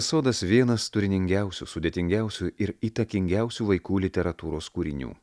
sodas vienas turiningiausių sudėtingiausių ir įtakingiausių vaikų literatūros kūrinių